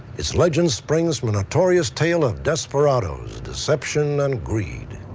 its legend springs from a notorious tail of desperados, deception and greed.